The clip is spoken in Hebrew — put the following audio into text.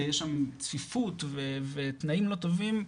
שיש שם צפיפות ותנאים לא טובים,